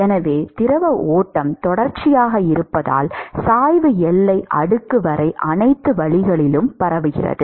எனவே திரவ ஓட்டம் தொடர்ச்சியாக இருப்பதால் சாய்வு எல்லை அடுக்கு வரை அனைத்து வழிகளிலும் பரவுகிறது